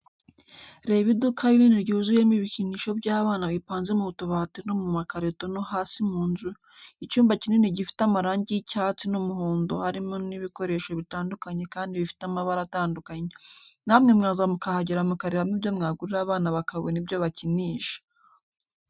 Reba iduka rinini ryuzuyemo ibikinisho by'abana bipanze mu tubati no mu makarito no hasi mu nzu, icyumba kinini gifite amarangi y'icyatsi n'umuhondo harimo n'ibikoresho bitandukanye kandi bifite amabara atandukanye. Namwe mwaza mukahagera mukarebamo ibyo mwagurira abana bakabona ibyo bakinisha.